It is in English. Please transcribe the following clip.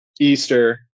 Easter